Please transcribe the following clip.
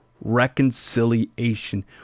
reconciliation